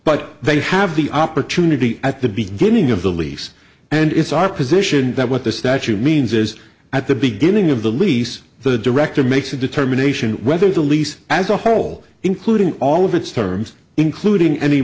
but they have the opportunity at the beginning of the lease and it's our position that what the statute means is at the beginning of the lease the director makes a determination whether the lease as a whole including all of its terms including any